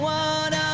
one